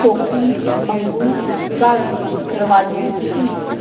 शौकी मंगू गाह्ऱू रमालू तीर्थू